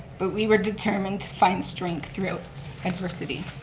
but we were determined to find strength through adversity.